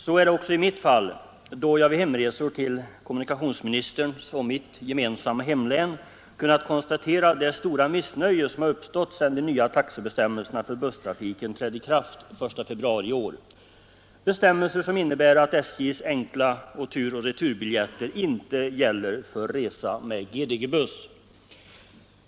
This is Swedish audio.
Så är det också i mitt fall, då jag vid hemresor till kommunikationsministerns och mitt gemensamma hemlän kunnat konstatera det stora missnöje som uppstått sedan de nya taxebestämmelserna för busstrafiken trädde i kraft den 1 februari i år — bestämmelser som innebär att SJ:s enkla och tur och retur-biljetter inte gäller för resa med GDG-buss.